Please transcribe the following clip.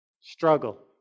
Struggle